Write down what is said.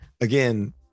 again